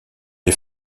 est